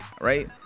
right